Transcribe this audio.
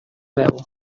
veu